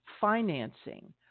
financing